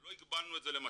אבל לא הגבלנו את זה למשל,